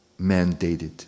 mandated